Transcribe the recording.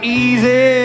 easy